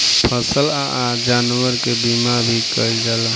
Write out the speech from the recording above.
फसल आ जानवर के बीमा भी कईल जाला